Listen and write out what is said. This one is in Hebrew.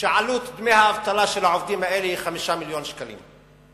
שעלות דמי האבטלה של העובדים האלה היא 5 מיליוני שקלים.